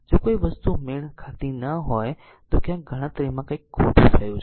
જો કોઈ વસ્તુ મેળ ખાતી ન હોય તો ક્યાંક ગણતરીમાં કંઈક ખોટું થયું છે